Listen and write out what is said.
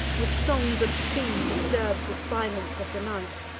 with songs obscene disturbs the silence of the night.